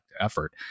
effort